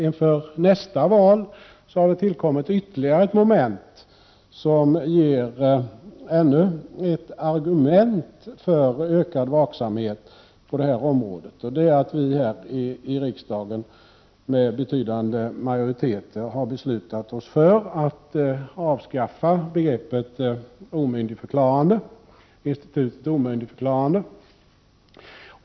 Inför nästa val tillkommer ytterligare ett moment som ger ännu ett argument för en ökad vaksamhet på detta område. Vi har här i riksdagen med betydande majoritet beslutat avskaffa institutet omyndigförklarande.